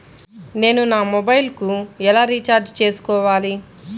నేను నా మొబైల్కు ఎలా రీఛార్జ్ చేసుకోవాలి?